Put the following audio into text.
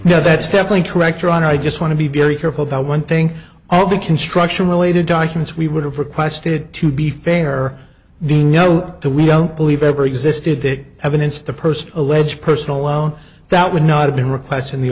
yeah that's definitely correct your honor i just want to be very careful about one thing all the construction related documents we would have requested to be fair the no the we don't believe ever existed the evidence the person alleged personal loan that would not have been requests in the